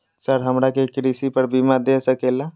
Sir हमरा के कृषि पर बीमा दे सके ला?